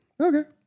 Okay